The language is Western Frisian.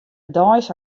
deis